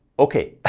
okay,